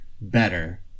better